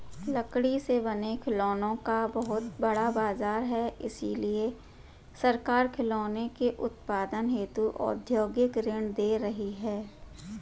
लकड़ी से बने खिलौनों का बहुत बड़ा बाजार है इसलिए सरकार खिलौनों के उत्पादन हेतु औद्योगिक ऋण दे रही है